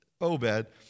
Obed